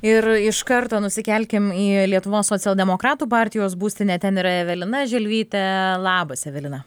ir iš karto nusikelkim į lietuvos socialdemokratų partijos būstinę ten yra evelina želvytė labas evelina